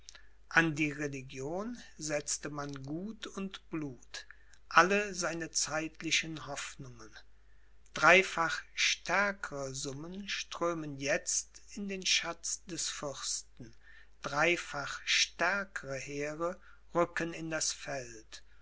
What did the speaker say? an die religion setzte man gut und blut alle seine zeitlichen hoffnungen dreifach stärkere summen strömen jetzt in den schatz des fürsten dreifach stärkere heere rücken in das feld